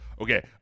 Okay